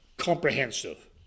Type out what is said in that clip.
comprehensive